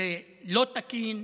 זה לא תקין.